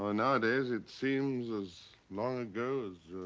ah nowadays it seems as long ago as